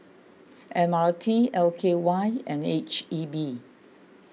M R T L K Y and H E B